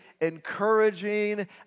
encouraging